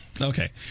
Okay